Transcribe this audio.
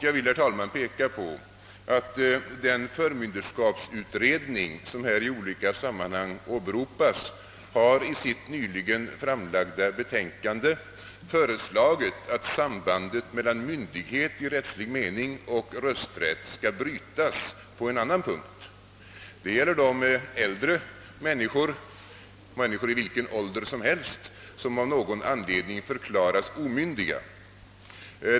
Jag vill, herr talman, peka på att förmynderskapsutredningen i sitt nyligen framlagda betänkande föreslagit, att sambandet mellan myndighet i rättslig mening och rösträtt skall brytas på en annan punkt. Det gäller de människor i vilken ålder som helst, som av någon anledning förklarats omyndiga.